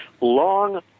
long